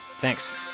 Thanks